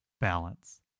balance